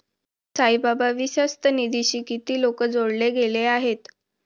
साईबाबा विश्वस्त निधीशी किती लोक जोडले गेले आहेत?